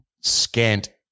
scant